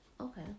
Okay